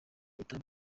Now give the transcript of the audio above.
itabi